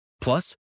Plus